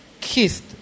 kissed